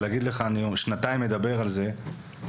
אני שנתיים מדבר על זה.